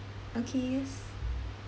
okay yes